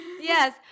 yes